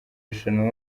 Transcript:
rushanwa